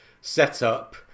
setup